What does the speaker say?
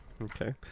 Okay